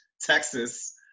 Texas